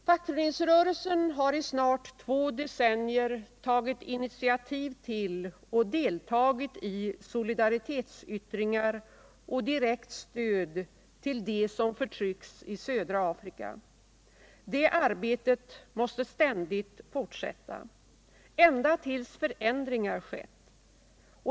Fackföreningsrörelsen har i snart två decennier tagit initiativ till och deltagit i solidaritetsyttringar och direkt stöd till dem som förtrycks i södra Afrika. Det arbetet måste fortsätta ända till dess förändringar skett.